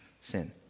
sin